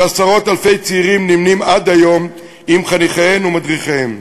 שעשרות אלפי צעירים נמנים עד היום עם חניכיהם ומדריכיהם.